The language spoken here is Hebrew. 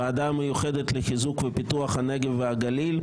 הוועדה המיוחדת לחיזוק ופיתוח הנגב והגליל.